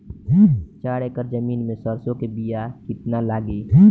चार एकड़ जमीन में सरसों के बीया कितना लागी?